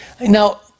Now